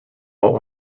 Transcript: all